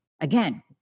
Again